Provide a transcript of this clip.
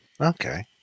Okay